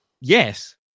yes